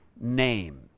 name